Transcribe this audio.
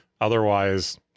Otherwise